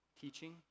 teaching